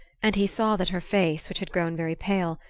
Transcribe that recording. and he saw that her face, which had grown very pale,